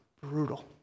brutal